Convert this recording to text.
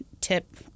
tip